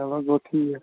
چلو گوٚو ٹھیٖک